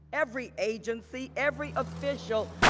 every agency, every official,